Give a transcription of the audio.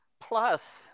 plus